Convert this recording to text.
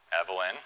Evelyn